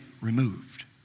removed